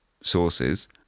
sources